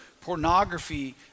pornography